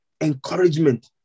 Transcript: encouragement